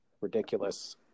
ridiculous